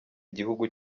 igihugu